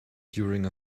during